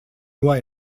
nur